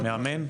מאמן?